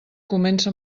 comença